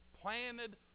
planted